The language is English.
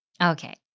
Okay